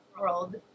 world